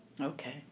okay